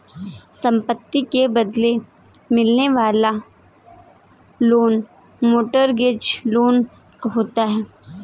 संपत्ति के बदले मिलने वाला लोन मोर्टगेज लोन होता है